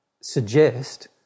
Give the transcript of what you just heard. suggest